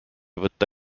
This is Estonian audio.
võtta